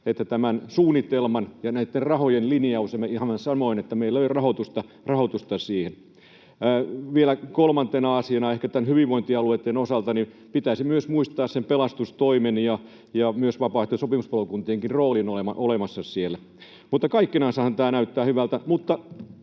että tämän suunnitelman ja rahojen linjaukseen meillä ei ole rahoitusta. Vielä kolmantena asiana ehkä hyvinvointialueitten osalta: pitäisi myös muistaa pelastustoimen ja myös vapaaehtoisten sopimuspalokuntienkin roolin olevan olemassa siellä. Kaikkinensahan tämä näyttää hyvältä,